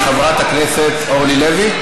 50 בעד, מתנגד אחד.